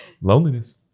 Loneliness